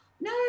no